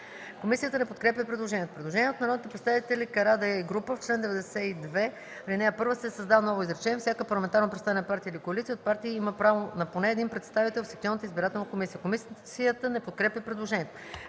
Комисията не подкрепя предложението. Предложение от народните представители Мустафа Карадайъ и група: „В чл. 92, ал. 1 се създава ново изречение: „Всяка парламентарно представена партия или коалиция от партии има право на поне един представител в секционната избирателна комисия.” Комисията не подкрепя предложението.